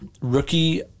rookie